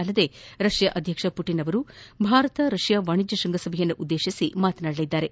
ಅಲ್ಲದೆ ರಷ್ಯಾ ಅಧ್ಯಕ್ಷ ಪುಟಿನ್ ಅವರು ಭಾರತ ರಷ್ಯಾ ವಾಣಿಜ್ಯ ಶೃಂಗಸಭೆಯನ್ನು ಉದ್ದೇಶಿಸಿ ಮಾತನಾಡಲಿದ್ದಾರೆ